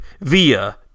via